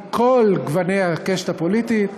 מכל גוני הקשת הפוליטית,